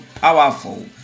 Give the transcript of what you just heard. powerful